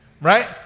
right